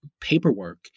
paperwork